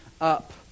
up